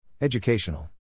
Educational